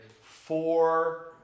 four